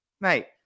mate